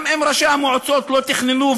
גם אם ראשי המועצות לא תכננו,